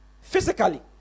physically